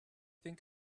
think